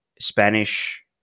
Spanish